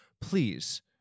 please